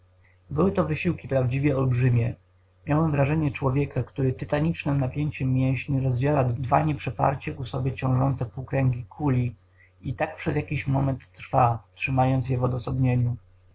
były to wysiłki prawdziwie olbrzymie miałem wrażenie człowieka który tytanicznem napięciem mięśni rozdziela dwa nieprzeparcie ku sobie ciążące półkręgi kuli i tak przez jakiś moment trwa trzymając